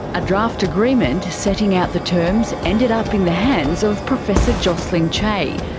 a draft agreement setting out the terms ended up in the hands of professor jocelyn chey,